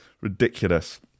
ridiculous